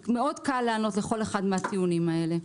קל מאוד לענות לכל אחד מן הטיעונים האלה.